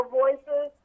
voices